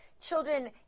children